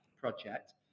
project